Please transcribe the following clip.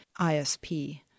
ISP